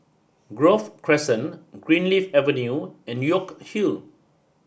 Grove Crescent Greenleaf Avenue and York Hill